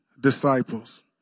disciples